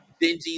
dingy